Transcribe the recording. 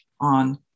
on